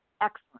Excellent